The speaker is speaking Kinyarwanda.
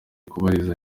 kubabarira